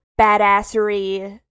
badassery